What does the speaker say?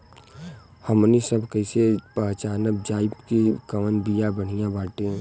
हमनी सभ कईसे पहचानब जाइब की कवन बिया बढ़ियां बाटे?